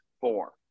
four